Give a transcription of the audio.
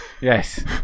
yes